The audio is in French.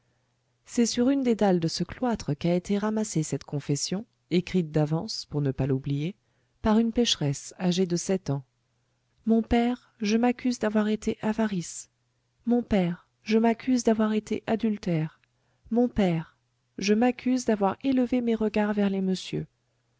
c'est sur une des dalles de ce cloître qu'a été ramassée cette confession écrite d'avance pour ne pas l'oublier par une pécheresse âgée de sept ans mon père je m'accuse d'avoir été avarice mon père je m'accuse d'avoir été adultère mon père je m'accuse d'avoir élevé mes regards vers les monsieurs